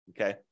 okay